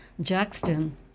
Jackson